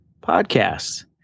podcasts